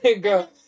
Girl